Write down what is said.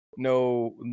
No